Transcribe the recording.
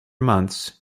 months